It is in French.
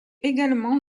également